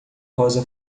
rosa